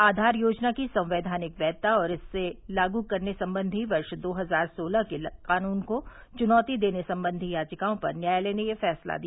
आधार योजना की संवैधानिक वैघता और इस लागू करने संबंधी वर्ष दो हजार सोलह के कानून को चुनौती देने संबंधी याचिकाओं पर न्यायालय ने यह फैसला दिया